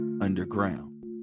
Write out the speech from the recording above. underground